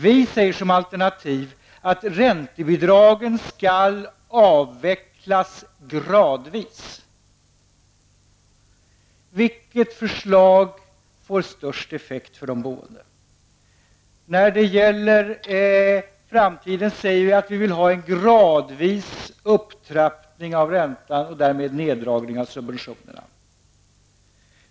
Vi moderater anger som alternativ att räntebidragen skall avvecklas gradvis. Vilket förslag får störst effekt för de boende? Vi vill i framtiden ha en gradvis upptrappning av räntan och därmed en neddragning av subventionerna.